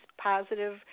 positive